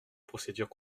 procédure